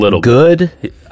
good